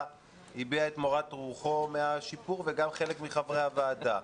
הביע את מורת רוחו מהשיפור וגם חלק מחברי הוועדה.